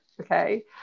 okay